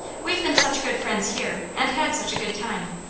we've been such good friends here and had such a good time,